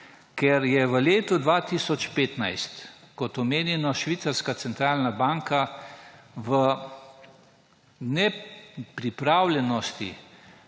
ker je v letu 2015, kot omenjeno, švicarska centralna banka v nepripravljenosti